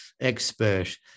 expert